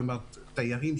כלומר תיירים,